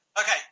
Okay